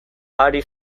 hari